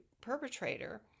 perpetrator